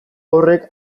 horrek